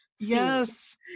yes